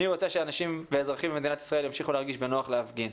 אני רוצה שאנשים ואזרחים במדינת ישראל ימשיכו להרגיש בנוח להפגין.